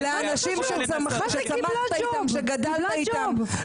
אולי אתה קיבלת ג'וב?